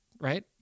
right